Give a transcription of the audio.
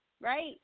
right